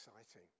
exciting